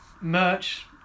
merch